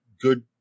good